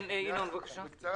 ינון אזולאי, בבקשה.